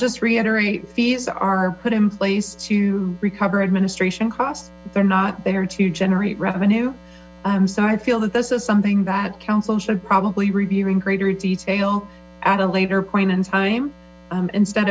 just reiterate fees are put in place to recover administration they're not there to generate revenue so i feel this is something that council should probably review in greater detail at a later point in time instead